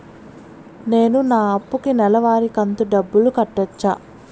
నేను నా అప్పుకి నెలవారి కంతు డబ్బులు కట్టొచ్చా?